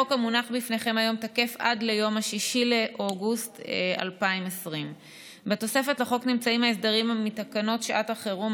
החוק המונח בפניכם היום תקף עד ליום 6 באוגוסט 2020. בתוספת לחוק נמצאים ההסדרים מתקנות שעת החירום,